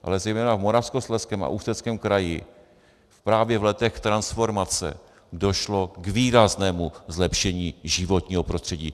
Ale zejména v Moravskoslezském a Ústeckém kraji právě v letech transformace došlo k výraznému zlepšení životního prostředí.